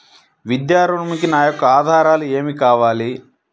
విద్యా ఋణంకి నా యొక్క ఆధారాలు ఏమి కావాలి?